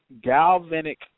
galvanic